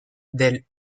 del